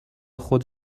خود